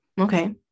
Okay